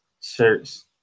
shirts